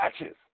matches